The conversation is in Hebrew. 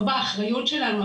לא באחריות שלנו,